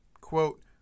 Quote